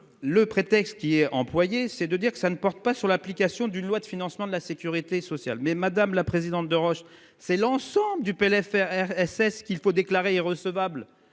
le prétexte qu'il est employé, c'est de dire que ça ne porte pas sur l'application d'une loi de financement de la Sécurité sociale mais madame la présidente de Roche. C'est l'ensemble du PLFR. Qu'il faut déclarer recevable